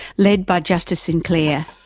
led by justice sinclair,